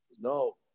No